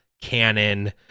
canon